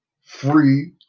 free